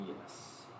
Yes